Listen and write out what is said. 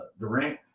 Durant